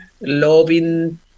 loving